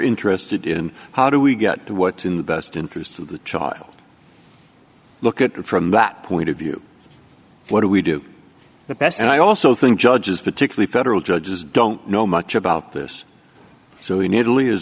interested in how do we get to what's in the best interest of the child look at it from that point of view what do we do the best and i also think judges particularly federal judges don't know much about this so in italy is